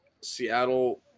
Seattle